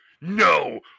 no